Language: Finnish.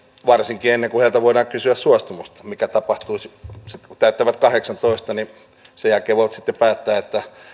varsinkin ennen kuin heiltä voidaan kysyä suostumusta mikä tapahtuisi sitten kun täyttävät kahdeksantoista sen jälkeen voivat sitten päättää